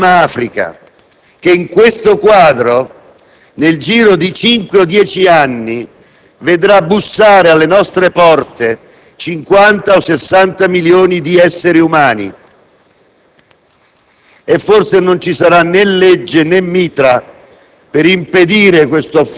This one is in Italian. è un continente perduto, l'Atlantide del Terzo millennio. Si tratta dell'Africa, che, in tale quadro, nel giro di cinque o dieci anni, porterà a bussare alle nostre porte 50 o 60 milioni di esseri umani: